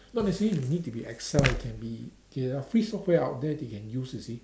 not necessarily may need to be Excel it can be K there are free software out there they can use you see